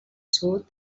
sud